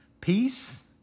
peace